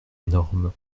énorme